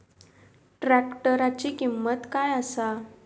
ट्रॅक्टराची किंमत काय आसा?